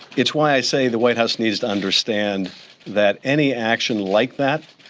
it's why i say the white house needs to understand that any action like that,